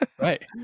Right